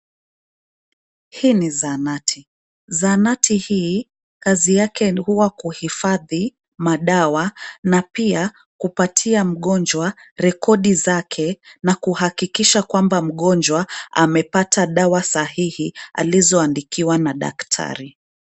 Hii ni zahanati. Zahanati hii kazi yake huwa kuhifadhi madawa na pia kupatia mgonjwa rekodi zake na kuhakikisha kwamba mgonjwa amepata dawa sahihi alizoandikiwa na daktari.